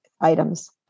items